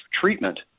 treatment